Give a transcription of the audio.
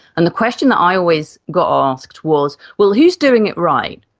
and the question that i always got asked was, well, who's doing it right?